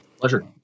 pleasure